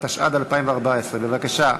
התשע"ד 2014. בבקשה,